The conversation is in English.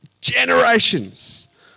generations